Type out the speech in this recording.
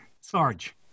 Sarge